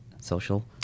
social